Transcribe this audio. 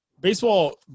baseball